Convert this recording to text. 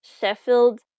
Sheffield